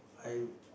I